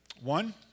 One